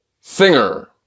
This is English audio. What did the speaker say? singer